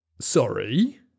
Sorry